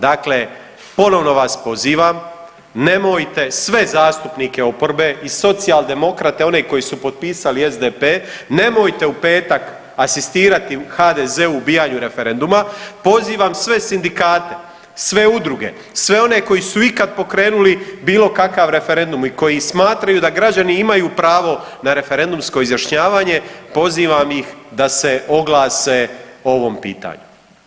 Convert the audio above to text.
Dakle, ponovo vas pozivam, nemojte, sve zastupnike oporbe, i Socijaldemokrate, one koji su potpisali, SDP, nemojte u petak asistirati HDZ-u u ubijanju referenduma, pozivam sve sindikate, sve udruge, sve one koji su ikad pokrenuli bilo kakav referendum i koji smatraju da građani imaju pravo na referendumsko izjašnjavanje, pozivam ih da se oglase o ovom pitanju.